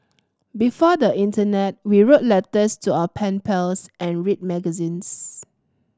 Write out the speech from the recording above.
before the internet we wrote letters to our pen pals and read magazines